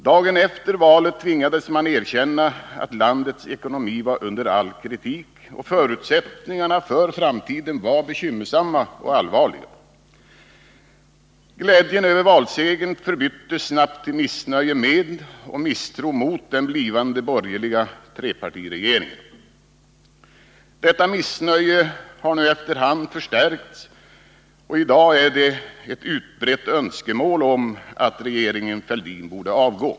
Dagen efter valet tvingades man erkänna att landets ekonomi var under all kritik, och förutsättningarna för framtiden gav anledning till bekymmer och allvarlig oro. Glädjen över valsegern förbyttes snabbt till missnöje med och misstro mot den blivande borgerliga trepartiregeringen. Detta missnöje har efter hand förstärkts, och i dag finns det ett utbrett önskemål om att regeringen Fälldin borde avgå.